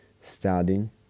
studying